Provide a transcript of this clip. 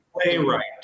playwright